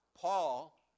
Paul